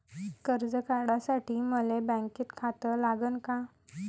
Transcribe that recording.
कर्ज काढासाठी मले बँकेत खातं लागन का?